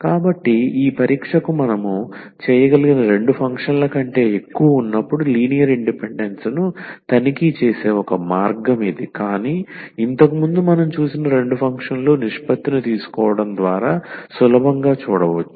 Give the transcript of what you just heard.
కాబట్టి ఈ పరీక్షకు మనం చేయగలిగిన రెండు ఫంక్షన్ల కంటే ఎక్కువ ఉన్నప్పుడు లీనియర్ ఇండిపెండెన్స్ ను తనిఖీ చేసే ఒక మార్గం ఇది కాని ఇంతకుముందు మనం చూసిన రెండు ఫంక్షన్లు నిష్పత్తిని తీసుకోవడం ద్వారా సులభంగా చూడవచ్చు